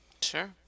Sure